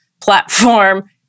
platform